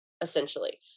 essentially